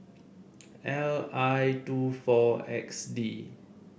L I two four X D